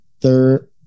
third